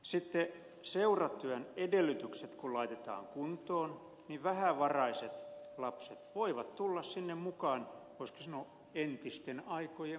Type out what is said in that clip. sitten seuratyön edellytykset kun laitetaan kuntoon niin vähävaraiset lapset voivat tulla sinne mukaan voisiko sanoa entisten aikojen malliin